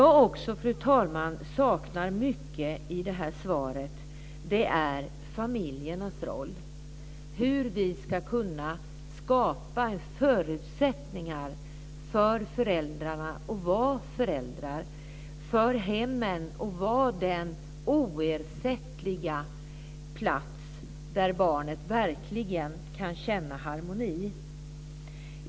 Fru talman! Det jag också saknar i svaret är familjernas roll. Hur ska vi kunna skapa förutsättningar för föräldrar att vara föräldrar, för hemmen att vara den oersättliga plats där barnet verkligen kan känna harmoni?